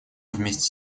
вместе